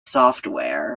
software